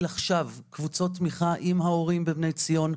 עכשיו קבוצות תמיכה עם ההורים ב- "בני ציון"